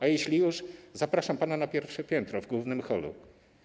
A jeśli już, zapraszam pana na pierwsze piętro w głównym holu.